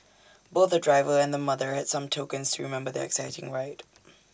both the driver and the mother had some tokens to remember their exciting ride